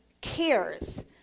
cares